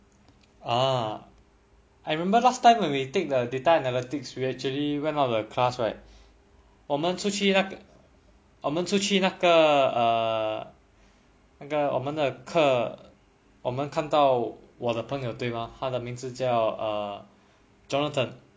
ah I remember last time when we take the data analytics we actually went out of the class right 我们出去那个那个我们的课我们看到我的朋友对吗它的名字叫 err jonathan